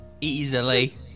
Easily